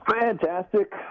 Fantastic